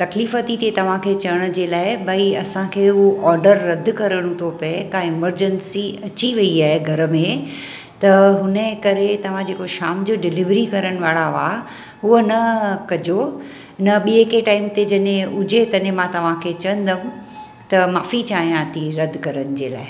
तकलीफ़ थी थिए तव्हांखे चवण जे लाइ भई असांखे उहो ऑडर रद्द करणो थो पए काई एमरजैंसी अची वई आहे घर में त हुनजे करे तव्हां जेको शाम जो डिलिवरी करण वारा हुआ उअ न कजो न ॿिए के टाइम ते जॾहिं हुजे तॾहिं मां तव्हांखे चवंदमि त माफ़ी चाहियां थी रद्द करण जे लाइ